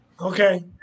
Okay